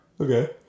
Okay